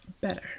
better